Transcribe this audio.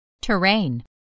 Terrain